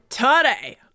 Today